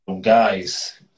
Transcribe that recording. Guys